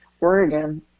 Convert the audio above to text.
Oregon